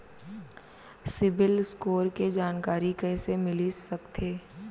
CIBIL score के जानकारी कइसे मिलिस सकथे?